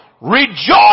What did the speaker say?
Rejoice